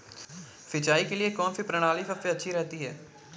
सिंचाई के लिए कौनसी प्रणाली सबसे अच्छी रहती है?